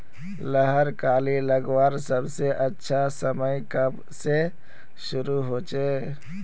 लहर कली लगवार सबसे अच्छा समय कब से शुरू होचए?